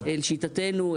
לשיטתנו,